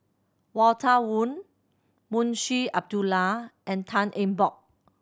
Walter Woon Munshi Abdullah and Tan Eng Bock